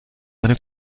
eine